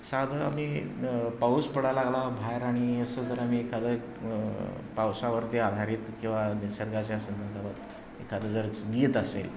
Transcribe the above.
साधं आम्ही पाऊस पडायला लागला बाहेर आणि असं जर आम्ही एखादं पावसावरती आधारित किंवा निसर्गाच्या संदर्भात एखादं जर गीत असेल